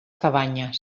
cabanyes